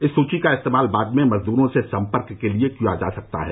इस सूची का इस्तेमाल बाद में मजदूरों से संपर्क के लिए किया जा सकता है